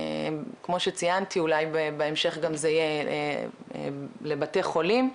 כמו שציינתי אולי ובהמשך גם זה יהיה לבתי חולים,